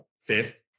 fifth